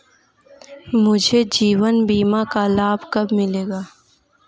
मुझे जीवन बीमा का लाभ कब मिलेगा?